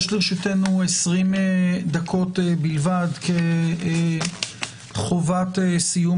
יש לרשותנו 20 דקות בלבד כחובת סיום